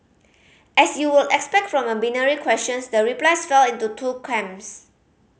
as you would expect from a binary questions the replies fell into two camps